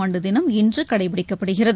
ஆண்டு தினம் இன்று கடைப்பிடிக்கப்படுகிறது